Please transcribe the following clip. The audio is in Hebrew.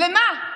למה?